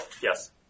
Yes